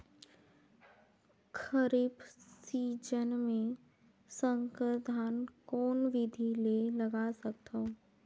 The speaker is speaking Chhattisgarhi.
खरीफ सीजन मे संकर धान कोन विधि ले लगा सकथन?